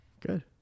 Good